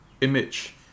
image